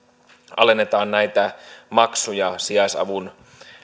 alennetaan näitä maksuja sijaisavun